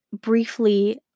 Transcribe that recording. briefly